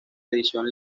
edición